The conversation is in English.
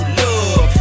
love